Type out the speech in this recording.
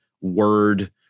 word